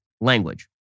language